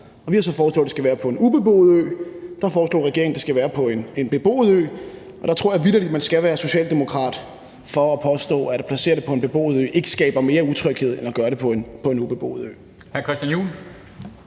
vi har så foreslået, at det skal være på en ubeboet ø, mens regeringen foreslår, at det skal være på en beboet ø, og der tror jeg vitterlig, at man skal være socialdemokrat for at påstå, at det ikke skaber mere utryghed at placere det på beboet ø